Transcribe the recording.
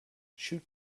shoot